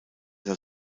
der